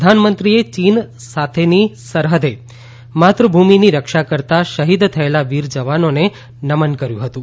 પ્રધાનમંત્રીએ ચીન સાથેની સરહદે માતૃભૂમિની રક્ષા કરતાં શહીદ થયેલા વીર જવાનોને નમન કર્યું હતું